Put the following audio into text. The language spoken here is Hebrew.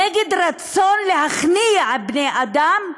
נגד רצון להכניע בני-אדם,